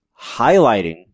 highlighting